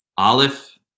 Aleph